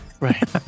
Right